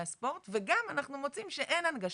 הספורט וגם אנחנו מוצאים שאין הנגשה.